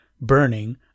burning